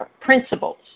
principles